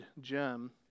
gem